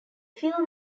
phil